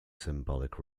symbolic